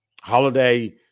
Holiday